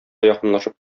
якынлашып